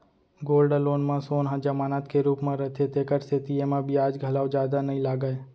gold loan म सोन ह जमानत के रूप म रथे तेकर सेती एमा बियाज घलौ जादा नइ लागय